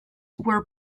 were